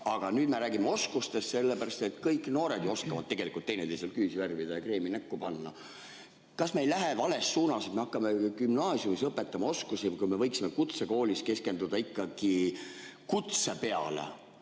Aga nüüd me räägime oskustest, sellepärast et kõik noored ju oskavad tegelikult teineteisel küüsi värvida ja kreemi näkku panna. Kas me ei lähe vales suunas, et me hakkame gümnaasiumis õpetama oskusi, kui me võiksime kutsekoolis keskenduda ikkagi kutsele?